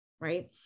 right